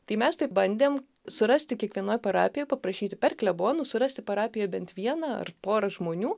tai mes taip bandėm surasti kiekvienoj parapijoj paprašyti per klebonus surasti parapijoj bent vieną ar porą žmonių